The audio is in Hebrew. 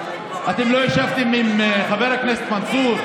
אין תקציב לקורונה 2022. אתם לא ישבתם עם חבר הכנסת מנסור?